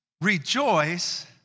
Rejoice